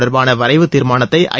தொடர்பான வரைவு தீர்மானத்தை ஐ